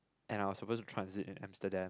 and I'll suppose to transit at Amsterdam